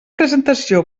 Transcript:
presentació